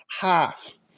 half